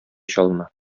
чалына